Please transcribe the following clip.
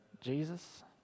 Jesus